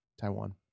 taiwan